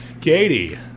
Katie